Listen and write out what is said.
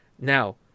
Now